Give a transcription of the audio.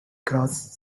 cross